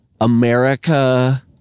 America